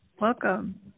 welcome